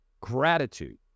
Gratitude